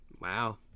Wow